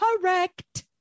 Correct